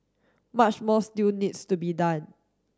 much more still needs to be done